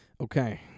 Okay